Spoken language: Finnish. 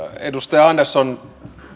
edustaja andersson